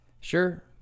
sure